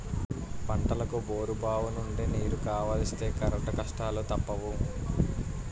పంటలకు బోరుబావులనుండి నీరు కావలిస్తే కరెంటు కష్టాలూ తప్పవు